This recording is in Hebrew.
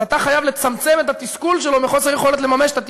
אז אתה חייב לצמצם את התסכול מחוסר היכולת לממש את התקווה.